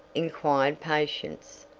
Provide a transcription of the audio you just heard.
inquired patience.